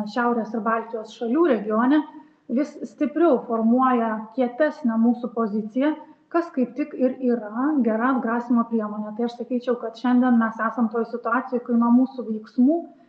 šiaurės ir baltijos šalių regione vis stipriau formuoja kietesnę mūsų poziciją kas kaip tik ir yra gera atgrasymo priemonė tai aš sakyčiau kad šiandien mes esam toj situacijoj kai nuo mūsų veiksmų